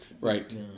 Right